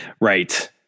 Right